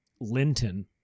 Linton